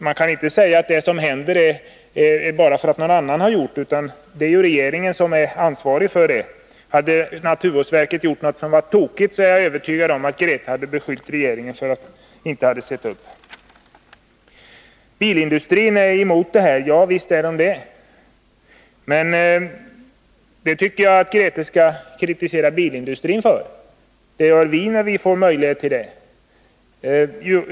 Man kan inte säga att det som händer inte skall räknas bara därför att någon annan gör det. Det är ju regeringen som är ansvarig, och hade naturvårdsverket gjort något tokigt, så är jag övertygad om att Grethe Lundblad hade beskyllt regeringen för att inte ha sett upp. Bilindustrin är emot bättre avgasrening. Ja, visst är den det, men det tycker jag att Grethe Lundblad skall kritisera bilindustrin för. Det gör vi när vi får möjlighet till det.